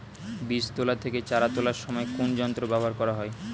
বীজ তোলা থেকে চারা তোলার সময় কোন যন্ত্র ব্যবহার করা হয়?